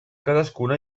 cadascuna